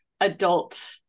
adult